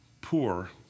poor